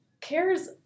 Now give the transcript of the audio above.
cares